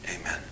Amen